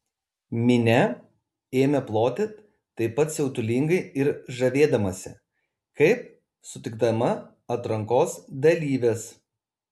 minia ėmė ploti taip pat siautulingai ir žavėdamasi kaip sutikdama atrankos dalyves